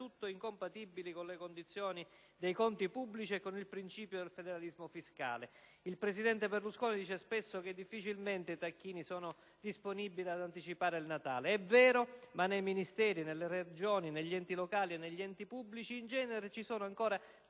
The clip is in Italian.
tutto incompatibili con le condizioni dei conti pubblici e con il principio del federalismo fiscale. Il presidente Berlusconi dice spesso che difficilmente i tacchini sono disponibili ad anticipare il Natale: è vero, ma nei Ministeri, nelle Regioni, negli enti locali e negli enti pubblici in genere ci sono ancora